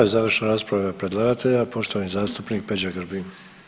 Evo završna rasprava predlagatelja, poštovani zastupnik Peđa Grbin.